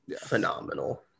phenomenal